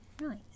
nice